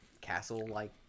Castle-like